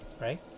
right